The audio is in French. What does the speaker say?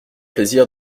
plaisir